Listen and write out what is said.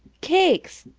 cakes!